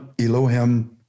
Elohim